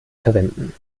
verwenden